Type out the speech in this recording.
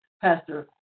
Pastor